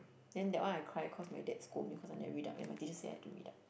then that one I cried cause my dad scold me cause I never read up and my teachers said I had to read up